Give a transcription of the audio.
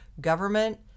government